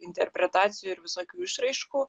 interpretacijų ir visokių išraiškų